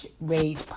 rage